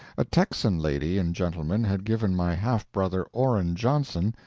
a texan lady and gentleman had given my half-brother, orrin johnson,